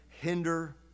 Hinder